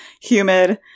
humid